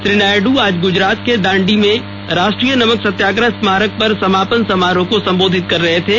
श्री नायडु आज गुजरात के दांडी में राष्ट्रीय नमक सत्याग्रह स्मारक पर समापन समारोह को संबोधित कर रहे थे